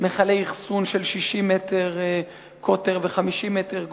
מכלי אחסון של 60 מטר קוטר ו-50 מטר גובה,